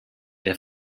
der